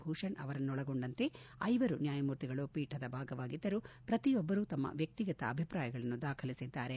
ಭೂಷಣ್ ಅವರನ್ನೊಳಗೊಂಡಂತೆ ಐವರು ನ್ನಾಯಮೂರ್ತಿಗಳು ಪೀಠದ ಭಾಗವಾಗಿದ್ದರೂ ಪ್ರತಿಯೊಬ್ಬರೂ ತಮ್ಮ ವ್ಯಕ್ತಿಗತ ಅಭಿಪ್ರಾಯಗಳನ್ನು ದಾಖಲಿಸಿದ್ದಾರೆ